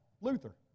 Luther